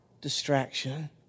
distraction